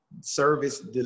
service